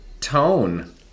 tone